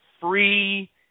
free